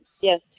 Yes